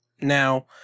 Now